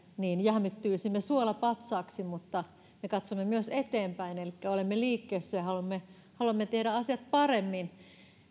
niin jähmettyisimme suolapatsaaksi mutta me katsomme myös eteenpäin elikkä olemme liikkeessä ja haluamme haluamme tehdä asiat paremmin